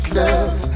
love